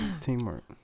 teamwork